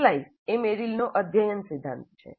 એપ્લાય'એ Merrill નો અધ્યયન સિદ્ધાંત છે